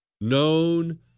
known